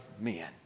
men